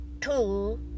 two